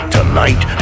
Tonight